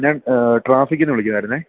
ഞാൻ ട്രാഫിക്കിൽ നിന്ന് വിളിക്കുവായിരുന്നു